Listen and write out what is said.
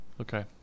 Okay